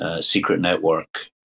secret-network